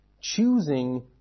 choosing